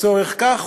לצורך זה,